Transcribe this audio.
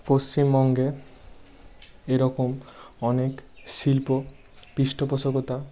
পশ্চিমবঙ্গে এরকম অনেক শিল্প পৃষ্ঠপোষকতা